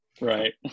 right